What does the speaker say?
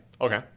Okay